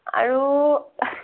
আৰু